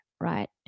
right